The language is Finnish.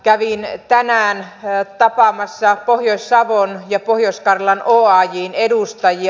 kävin tänään tapaamassa pohjois savon ja pohjois karjalan oajn edustajia